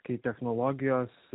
kai technologijos